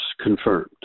confirmed